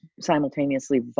simultaneously